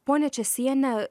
ponia česiene